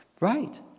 Right